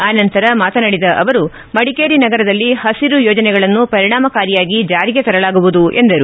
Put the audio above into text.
ಅನಂತರ ಮಾತನಾಡಿದ ಅವರು ಮಡಿಕೇರಿ ನಗರದಲ್ಲಿ ಪಸಿರು ಯೋಜನೆಗಳನ್ನು ಪರಿಣಾಮಕಾರಿಯಾಗಿ ಜಾರಿಗೆ ತರಲಾಗುವುದು ಎಂದರು